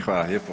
Hvala lijepo.